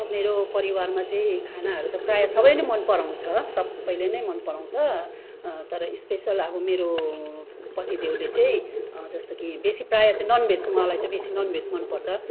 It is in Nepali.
मेरो परिवारमा चाहिँ खानाहरू त प्रायः सबै नै मन पराउँछ सबैले नै मन पराउँछ तर स्पेसियल अब मेरो पतिदेवले चाहिँ जस्तो कि बेसी प्रायः चाहिँ नन् भेज उहाँलाई चाहिँ बेसी नन् भेज मन पर्छ